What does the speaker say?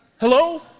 Hello